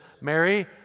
Mary